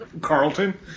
Carlton